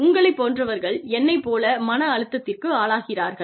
உங்களைப் போன்றவர்கள் என்னைப் போல மன அழுத்தத்திற்கு ஆளாகிறார்கள்